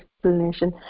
explanation